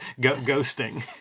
ghosting